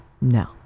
No